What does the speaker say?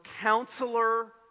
Counselor